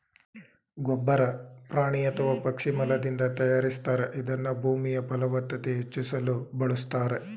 ಗೊಬ್ಬರ ಪ್ರಾಣಿ ಅಥವಾ ಪಕ್ಷಿ ಮಲದಿಂದ ತಯಾರಿಸ್ತಾರೆ ಇದನ್ನ ಭೂಮಿಯಫಲವತ್ತತೆ ಹೆಚ್ಚಿಸಲು ಬಳುಸ್ತಾರೆ